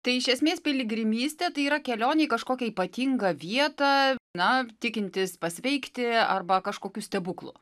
tai iš esmės piligrimystė tai yra kelionė į kažkokią ypatingą vietą na tikintis pasveikti arba kažkokiu stebuklu